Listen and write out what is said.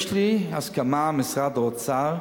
יש לי הסכמה ממשרד האוצר,